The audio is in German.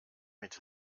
mit